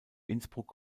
innsbruck